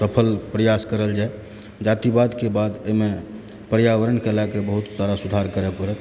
सफल प्रयास करल जाए जातिवादके बाद एहिमे पर्यावरणके लए कऽ बहुत सुधार करए पड़त